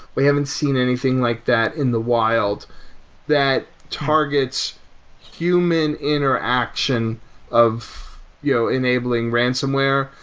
we haven't seen anything like that in the wild that targets human interaction of you know enabling ransomware.